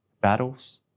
battles